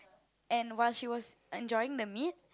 and while she was enjoying the meat